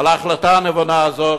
על ההחלטה הנבונה הזאת,